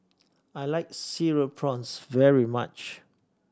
I like Cereal Prawns very much